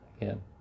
Again